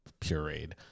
pureed